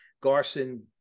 Garson